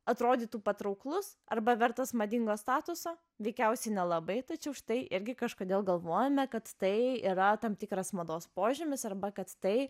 atrodytų patrauklus arba vertas madingo statuso veikiausiai nelabai tačiau štai irgi kažkodėl galvojame kad tai yra tam tikras mados požymis arba kad tai